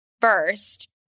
first